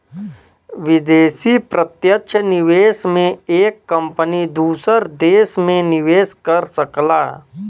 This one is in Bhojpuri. विदेशी प्रत्यक्ष निवेश में एक कंपनी दूसर देस में निवेस कर सकला